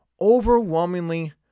overwhelmingly